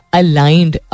aligned